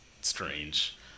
strange